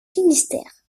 finistère